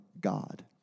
God